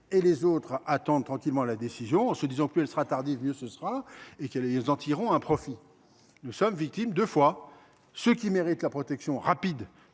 que les autres attendent tranquillement la décision, en se disant que plus elle sera tardive, mieux ce sera et qu’ils en tireront un profit ; nous sommes donc victimes deux fois… Ceux qui méritent la protection rapide